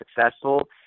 successful